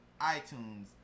iTunes